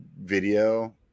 video